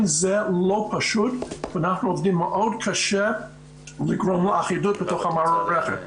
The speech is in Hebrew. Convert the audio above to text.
זה לא פשוט ואנחנו עובדים מאוד קשה לגרום לאחידות בתוך המערכת.